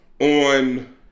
on